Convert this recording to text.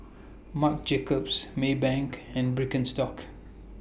Marc Jacobs Maybank and Birkenstock